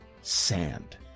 sand